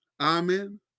Amen